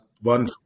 one